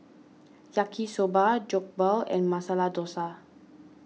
Yaki Soba Jokbal and Masala Dosa